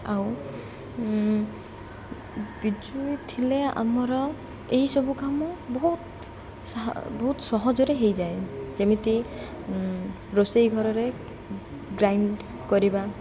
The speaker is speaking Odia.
ଆଉ ବିଜୁଳି ଥିଲେ ଆମର ଏହିସବୁ କାମ ବହୁତ ବହୁତ ସହଜରେ ହେଇଯାଏ ଯେମିତି ରୋଷେଇ ଘରରେ ଗ୍ରାଇଣ୍ଡ୍ କରିବା